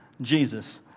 Jesus